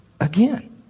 again